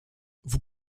vous